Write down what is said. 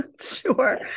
Sure